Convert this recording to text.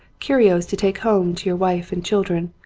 curios to take home to your wife and children,